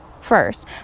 first